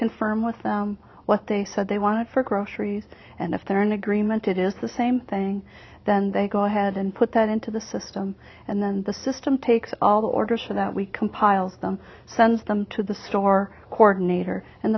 confirm with what they said they wanted for groceries and if they're in agreement it is the same thing then they go ahead and put that into the system and then the system takes all the orders for that we compile them sends them to the store coordinator and